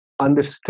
understood